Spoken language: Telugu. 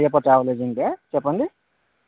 అయ్యప్ప ట్రావెల్ ఏజెంట్ఏ చెప్పండి